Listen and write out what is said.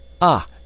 Ah